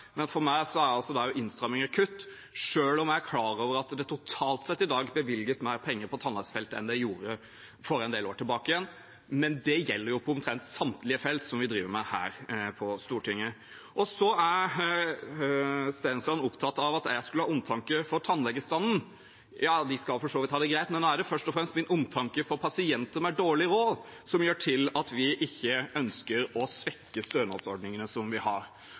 Men for meg er også innstramminger kutt, selv om jeg er klar over at det i dag totalt sett blir bevilget mer penger på tannhelsefeltet enn det ble for en del år tilbake. Det gjelder imidlertid på omtrent samtlige felt som vi driver med her på Stortinget. Så er Stensland opptatt av at jeg skulle ha omtanke for tannlegestanden. Ja, de skal for så vidt ha det greit, men nå er det først og fremst omtanke for pasienter med dårlig råd som gjør at vi ikke ønsker å svekke stønadsordningene som vi har.